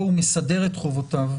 יש לכם עוד התייחסות לעניין הזה?